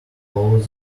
plough